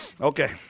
Okay